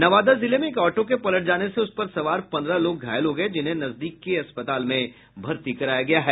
नवादा जिले में एक ऑटो के पलट जाने से उस पर सवार पंद्रह लोग घायल हो गये जिन्हें नजदीक के अस्पताल में भर्ती कराया गया है